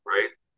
Right